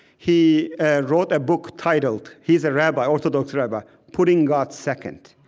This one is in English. he wrote a book titled he's a rabbi, orthodox rabbi putting god second.